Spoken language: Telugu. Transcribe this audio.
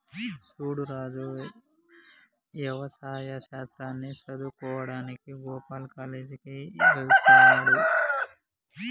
సూడు రాజు యవసాయ శాస్త్రాన్ని సదువువుకోడానికి గోపాల్ కాలేజ్ కి వెళ్త్లాడు